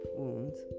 wounds